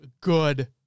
good